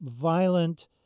violent